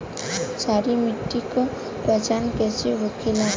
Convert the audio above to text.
सारी मिट्टी का पहचान कैसे होखेला?